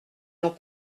n’ont